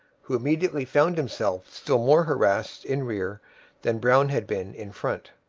who immediately found himself still more harassed in rear than brown had been in front.